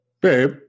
Babe